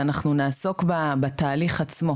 ואנחנו נעסוק בתהליך עצמו.